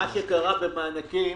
מה שקרה במענקים